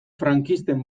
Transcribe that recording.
frankisten